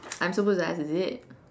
I'm supposed to ask is it